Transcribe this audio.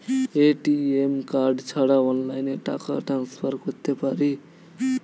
ATM card ছাড়া অনলাইনে টাকা টান্সফার করতে পারি?